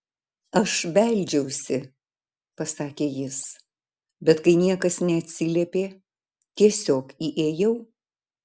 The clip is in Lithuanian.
aš beldžiausi pasakė jis bet kai niekas neatsiliepė tiesiog įėjau